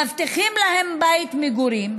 מבטיחים להם בית מגורים,